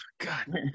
god